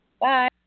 bye